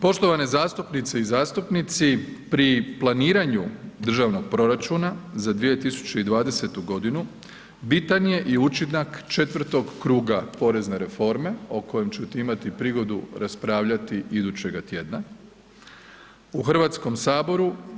Poštovane zastupnice i zastupnici, pri planiranju državnog proračuna za 2020. godinu, bitan je i učinak četvrtoga kruga porezne reforme o kojem ćete imati prigodu raspravljati idućega tjedna u Hrvatskom saboru.